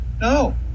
No